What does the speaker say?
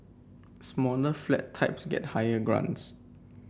smaller flat types get higher grants